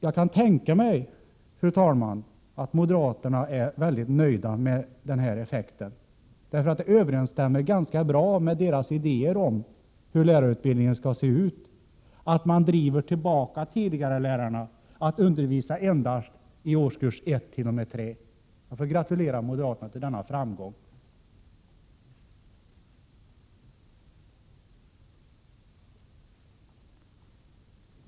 Jag kan tänka mig, fru talman, att moderaterna är mycket nöjda med den här effekten, för den överensstämmer ganska bra med deras idéer om hur lärarutbildningen skall se ut — att man driver tillbaka tidigarelärarna till att undervisa endast i årskurserna 1-3. Jag får gratulera moderaterna till denna framgång.